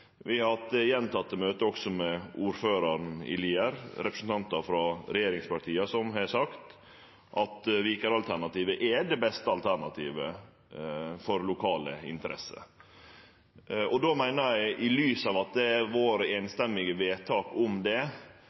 Vi har også hatt gjentekne møte med ordføraren i Lier og representantar frå regjeringspartia som har sagt at Viker-alternativet er det beste alternativet for lokale interesser. Då meiner eg, i lys av at det har vore samrøystes vedtak om det,